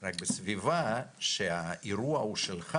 רק בסביבה שהאירוע הוא שלך